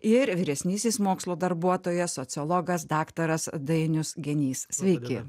ir vyresnysis mokslo darbuotojas sociologas daktaras dainius genys sveiki